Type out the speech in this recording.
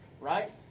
right